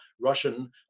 Russian